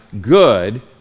good